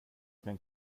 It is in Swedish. kan